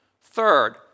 Third